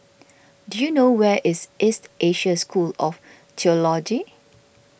do you know where is East Asia School of theology